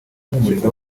guhumuriza